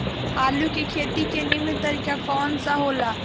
आलू के खेती के नीमन तरीका कवन सा हो ला?